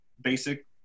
basic